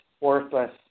worthless